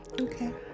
Okay